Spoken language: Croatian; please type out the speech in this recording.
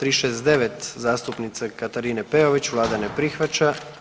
369. zastupnice Katarine Peović, vlada ne prihvaća.